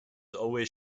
always